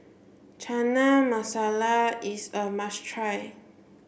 Chana Masala is a must try